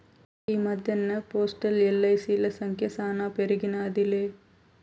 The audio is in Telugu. ఈ మద్దెన్న పోస్టల్, ఎల్.ఐ.సి.ల సంఖ్య శానా పెరిగినాదిలే